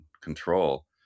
control